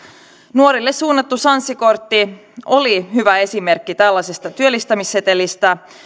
nuorille suunnattu sanssi kortti oli hyvä esimerkki tällaisesta työllistämissetelistä